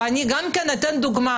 וגם אתן דוגמה